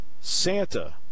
Santa